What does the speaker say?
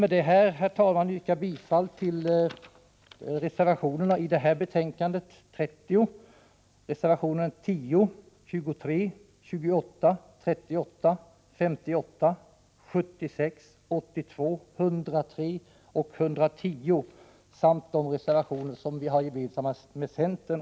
Med detta yrkar jag bifall till reservationerna 10, 23, 28, 38, 58, 76, 82, 103 och 110 i näringsutskottets betänkande 30 samt de reservationer som vi har gemensamma med centern.